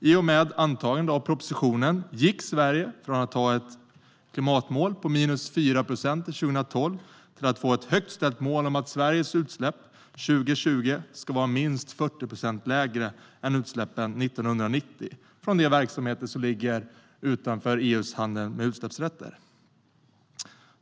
I och med antagandet av propositionen gick Sverige från att ha ett klimatmål på 4 procent till 2012 till att få ett högt ställt mål om att Sveriges utsläpp 2020 ska vara minst 40 procent lägre än de var 1990 från de verksamheter som ligger utanför EU:s handel med utsläppsrätter.